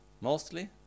Mostly